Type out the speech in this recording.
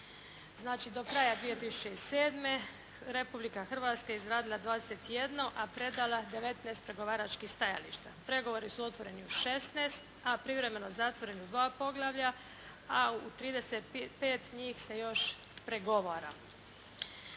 Znači, do kraja 2007. Republika Hrvatska je izradila dvadeset i jedno, a predala je 19 pregovaračkih stajališta. Pregovori su otvoreni u 16, a privremeno zatvoreni u dva poglavlja, a u 35 njih se još pregovara.